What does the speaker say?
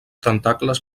tentacles